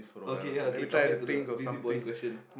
okay okay come back to the busybody question